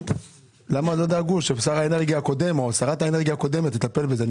למה לא דאגו ששר האנרגיה הקודם או שרת האנרגיה הקודמת יטפלו בזה?